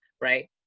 right